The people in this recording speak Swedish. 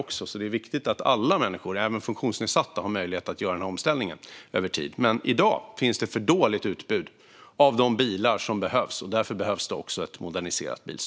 Det är alltså viktigt att alla människor, även funktionsnedsatta, har möjlighet att göra denna omställning över tid. I dag finns det för litet utbud av de bilar som behövs, och därför behöver bilstödet moderniseras.